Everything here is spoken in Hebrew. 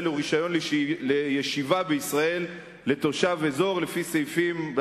או רשיון לישיבה בישראל לתושב אזור לפי סעיפים,